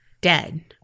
dead